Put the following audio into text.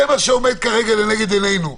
זה מה שעומד כרגע לנגד עינינו.